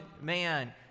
man